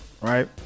right